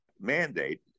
mandate